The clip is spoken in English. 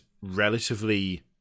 relatively